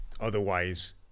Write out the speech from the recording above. otherwise